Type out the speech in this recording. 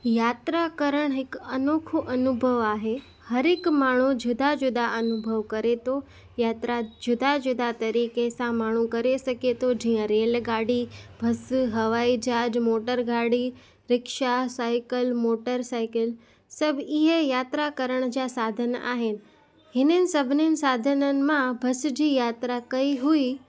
यात्रा करणु हिकु अनौखो अनुभव आहे हरेक माण्हू जुदा जुदा अनुभव करे थो यात्रा जुदा जुदा तरीक़े सां माण्हू करे सघे थो जीअं रेलगाॾी बस हवाई जहाज मोटरगाॾी रिक्शा साईकल मोटर साईकल सभु इहा यात्रा करण जा साधन आहिनि हिननि सभिनी साधननि मां बस जी यात्रा कई हुई